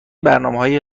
برنامههای